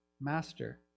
Master